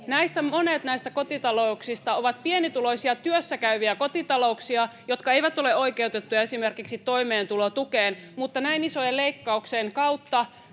Monet näistä kotitalouksista ovat pienituloisia työssäkäyviä kotitalouksia, jotka eivät ole oikeutettuja esimerkiksi toimeentulotukeen, mutta näin isojen leikkauksien kautta